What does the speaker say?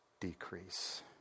decrease